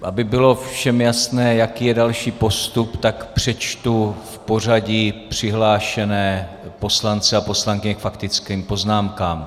Aby bylo všem jasné, jaký je další postup, tak přečtu v pořadí přihlášené poslance a poslankyně k faktickým poznámkám.